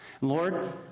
Lord